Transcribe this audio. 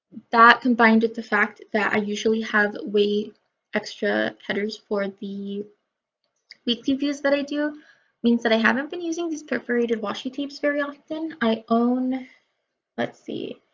that combined with the fact that i usually have way extra headers for the weekly views that i do means that i haven't been using these perforated washi tapes very often. i own let's see.